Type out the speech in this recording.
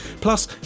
Plus